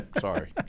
Sorry